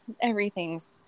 everything's